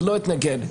ולא התנגד.